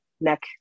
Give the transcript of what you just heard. neck